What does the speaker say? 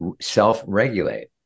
self-regulate